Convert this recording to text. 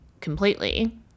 completely